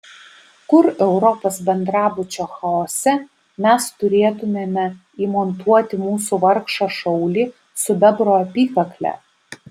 kur europos bendrabučio chaose mes turėtumėme įmontuoti mūsų vargšą šaulį su bebro apykakle